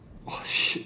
!wah! shit